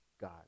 God